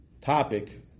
topic